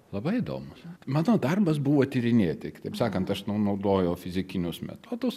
labai įdomūs mano darbas buvo tyrinėti kitaip sakant aš nu naudojau fizikinius metodus